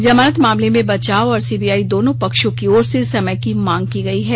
जमानत मामले में बचाव और सीबीआई दोनों पक्षों की ओर से समय की मांग की गई है